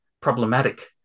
problematic